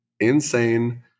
insane